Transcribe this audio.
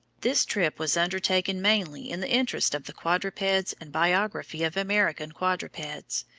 this trip was undertaken mainly in the interests of the quadrupeds and biography of american quadrupeds,